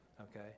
okay